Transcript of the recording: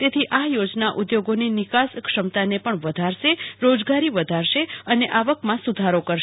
તેથી આ યોજના ઉદ્યોગોની નિકાસ ક્ષમતાને પણ વધારશે રોજગારી વધારશે અને આવકમાં સુધારો કરશે